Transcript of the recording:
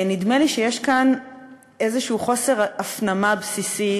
נדמה לי שיש כאן איזשהו חוסר הפנמה בסיסי.